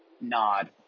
nod